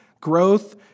growth